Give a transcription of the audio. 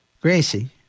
Gracie